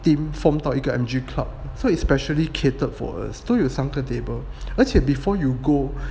team form 到一个 M_G club so especially catered for us 都有三个 table 而且 before you go